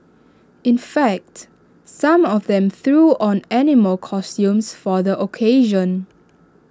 in fact some of them threw on animal costumes for the occasion